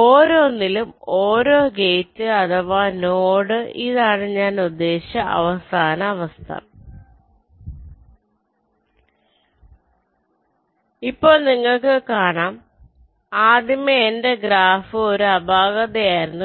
ഓരോന്നിലും ഓരോ ഗേറ്റ് അഥവാ നോഡ്ഡ് ഇതാണ് ഞാൻ ഉദ്ദേശിച്ച അവസാന അവസ്ഥ ഇപ്പോൾ നിങ്ങൾക്ക് കാണാം ആദ്യമേ എൻറെ ഗ്രാഫ് ഒരു അപാകത ആയിരുന്നു